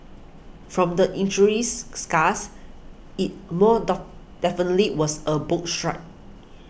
from the injuries scars it more doff definitely was a boat strike